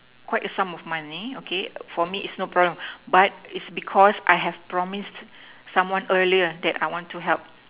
quite a sum of money okay for me is no problem but is because I have promised someone earlier that I want to help